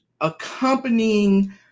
accompanying